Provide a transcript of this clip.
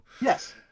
yes